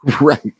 Right